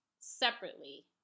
separately